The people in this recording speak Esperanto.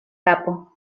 kapo